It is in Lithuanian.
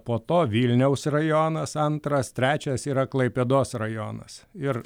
po to vilniaus rajonas antras trečias yra klaipėdos rajonas ir